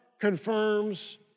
confirms